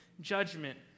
judgment